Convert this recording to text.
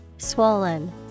Swollen